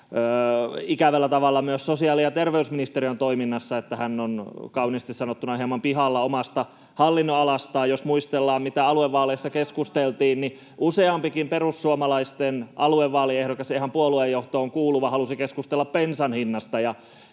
ikävällä tavalla myös sosiaali- ja terveysministerin toiminnassa, että hän on kauniisti sanottuna hieman pihalla omasta hallinnonalastaan. Jos muistellaan, mistä aluevaaleissa keskusteltiin, niin useampikin perussuomalaisten aluevaaliehdokas, ihan puoluejohtoon kuuluva, halusi keskustella bensan hinnasta